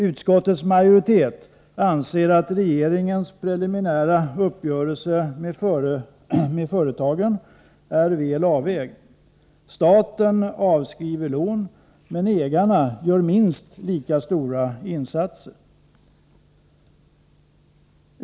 Utskottets majoritet anser att regeringens preliminära uppgörelse med företagen är väl avvägd. Staten avskriver lån, men ägarna gör minst lika stora insatser.